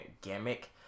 gimmick